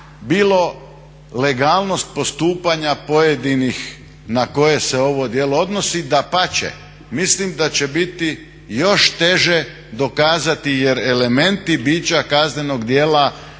bilo legalnost postupanja pojedinih na koje se ovo djelo odnosi, dapače mislim da će biti još teže dokazati jer elementi bića kaznenog djela